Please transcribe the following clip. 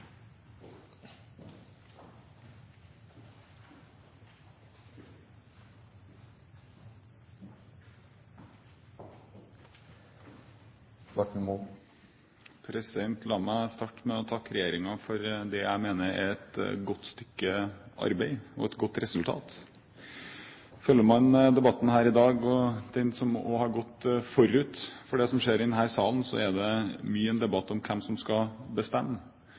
La meg starte med å takke regjeringen for det jeg mener er et godt stykke arbeid og et godt resultat. Følger man debatten her i dag, og også den som har gått forut for det som skjer i denne salen, er det i stor grad en debatt om hvem som skal bestemme.